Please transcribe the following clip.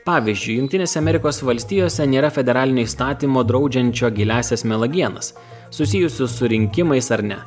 pavyzdžiui jungtinėse amerikos valstijose nėra federalinio įstatymo draudžiančio giliąsias melagienas susijusius su rinkimais ar ne